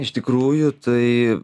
iš tikrųjų tai